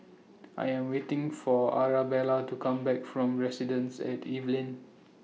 I Am waiting For Arabella to Come Back from Residences At Evelyn